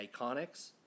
Iconics